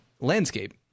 landscape